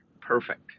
perfect